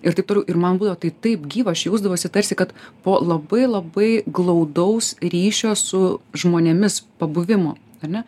ir taip toliau ir man buvo tai taip gyva aš jausdavausi tarsi kad po labai labai glaudaus ryšio su žmonėmis pabuvimo a ne